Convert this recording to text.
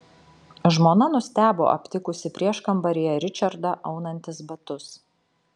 žmona nustebo aptikusi prieškambaryje ričardą aunantis batus